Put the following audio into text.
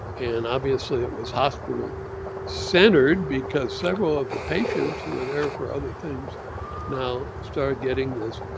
and obviously it was hospital centered because several of the patients who were there for other things now started getting this,